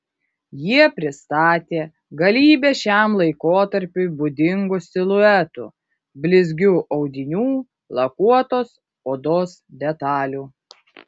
jie pristatė galybę šiam laikotarpiui būdingų siluetų blizgių audinių lakuotos odos detalių